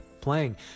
playing